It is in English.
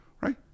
right